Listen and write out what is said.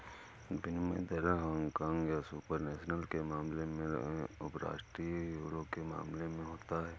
विनिमय दर हांगकांग या सुपर नेशनल के मामले में उपराष्ट्रीय यूरो के मामले में होता है